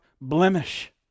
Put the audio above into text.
blemish